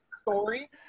story